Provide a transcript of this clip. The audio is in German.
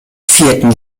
vierten